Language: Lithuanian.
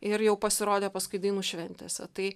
ir jau pasirodė paskui dainų šventėse tai